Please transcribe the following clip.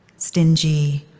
stingy,